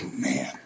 Man